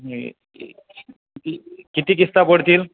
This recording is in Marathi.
किती किस्ता पडतील